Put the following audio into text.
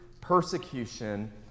persecution